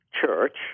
church